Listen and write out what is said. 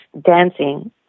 dancing